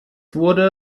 wurde